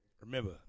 Remember